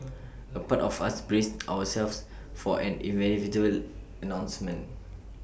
A part of us braced ourselves for an inevitable announcement